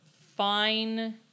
fine